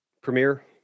Premiere